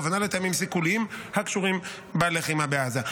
הכוונה לטעמים סיכוליים הקשורים בלחימה בעזה.